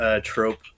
trope